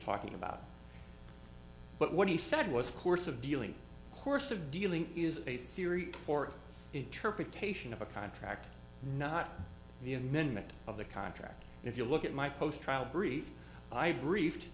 talking about but what he said was a course of dealing course of dealing is a theory for interpretation of a contract not the amendment of the contract and if you look at my post trial brief i briefed